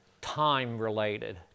time-related